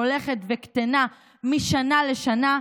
שהולכת וקטנה משנה לשנה,